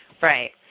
Right